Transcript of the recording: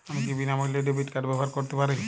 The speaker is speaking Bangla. আমি কি বিনামূল্যে ডেবিট কার্ড ব্যাবহার করতে পারি?